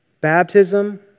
baptism